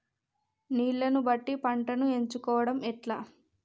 నీళ్లని బట్టి పంటను ఎంచుకోవడం ఎట్లా?